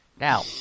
Now